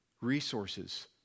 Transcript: resources